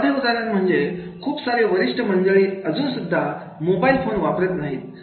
साधे उदाहरण म्हणजे खूप सारे वरिष्ठ मंडळी अजून सुद्धा मोबाइल फोन वापरत नाहीत